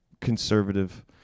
conservative